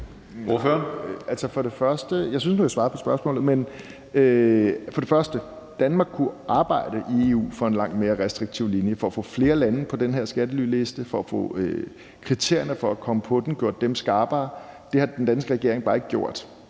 sige, at Danmark kunne arbejde i EU for en langt mere restriktiv linje, altså for at få flere lande på den her skattelyliste og for at få kriterierne for at komme på den gjort skarpere. Det har den danske regering bare ikke gjort.